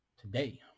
Today